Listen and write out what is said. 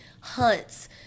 hunts